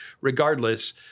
regardless